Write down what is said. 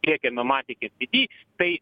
tiek mma tiek en py dy tai